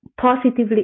positively